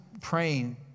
praying